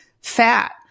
fat